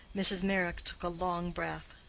mrs. meyrick took a long breath.